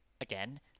again